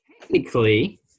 Technically